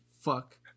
Fuck